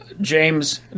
james